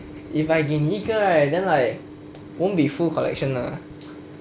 if I 给你一个 right then won't be full collection lah